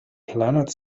planet